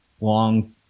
long